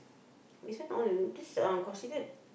this one all this uh considered